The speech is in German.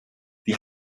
die